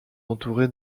entouré